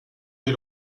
des